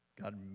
God